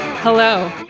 Hello